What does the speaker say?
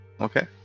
Okay